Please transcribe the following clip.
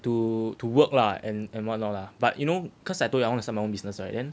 to to work lah and and what not lah but you know cause I told you wanna start my own business right then